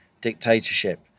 dictatorship